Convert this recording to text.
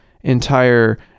entire